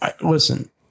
Listen